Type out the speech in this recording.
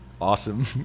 awesome